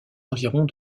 environs